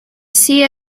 sea